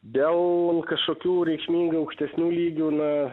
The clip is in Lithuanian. dėl kažkokių reikšmingai aukštesnių lygių na